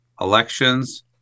elections